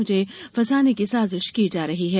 मुझे फंसाने की साजिश की जा रही है